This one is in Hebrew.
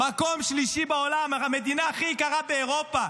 מקום שלישי בעולם, המדינה הכי יקרה באירופה.